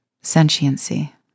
sentiency